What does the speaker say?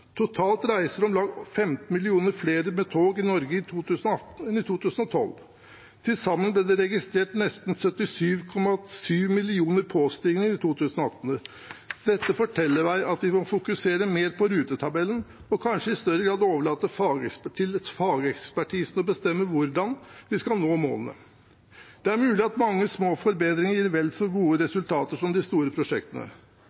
Totalt reiste om lag 15 millioner flere med tog i Norge i 2018 enn i 2012, til sammen ble det registrert nesten 77,7 millioner påstigninger i 2018. Dette forteller meg at vi må fokusere mer på rutetabellen og kanskje i større grad overlate til fagekspertisen å bestemme hvordan vi skal nå målene. Det er mulig at mange små forbedringer gir vel så gode